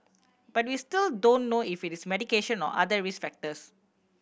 but we still don't know if it is medication or other risk factors